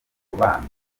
umubano